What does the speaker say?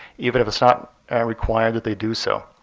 even if it's not required that they do so.